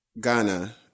Ghana